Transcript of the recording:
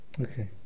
Okay